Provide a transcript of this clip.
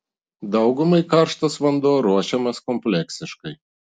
daugumai karštas vanduo ruošiamas kompleksiškai